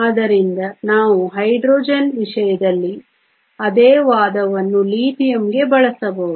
ಆದ್ದರಿಂದ ನಾವು ಹೈಡ್ರೋಜನ್ ವಿಷಯದಲ್ಲಿ ಅದೇ ವಾದವನ್ನು ಲಿಥಿಯಂಗೆ ಬಳಸಬಹುದು